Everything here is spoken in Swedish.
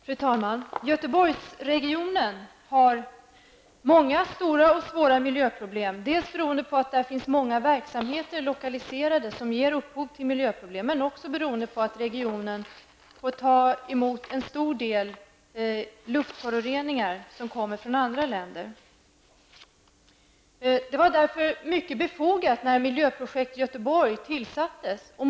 Fru talman! Göteborgsregionen har många stora och svåra miljöproblem. Det beror på att det finns många verksamheter lokaliserade till det området som ger upphov till miljöproblem. Det beror också på att regionen får ta emot en stor del luftföroreningar som kommer från andra länder. Det var därför mycket befogat när Miljöprojekt Göteborg tillsattes.